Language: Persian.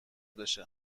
بشه